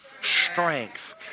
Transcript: strength